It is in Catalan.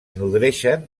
nodreixen